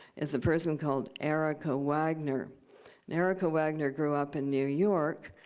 is a person called erica wagner. and erica wagner grew up in new york.